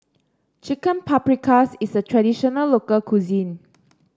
Chicken Paprikas is a traditional local cuisine